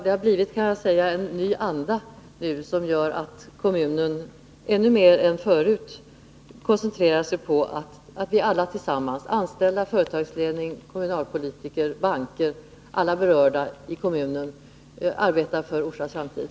Det har blivit, kan jag säga, en ny anda som gör att kommunen ännu mer än förut koncentrerar sig på att vi alla tillsammans — anställda, företagsledningar, kommunalpolitiker, banker, alla berörda i kommunen — arbetar för Orsas framtid.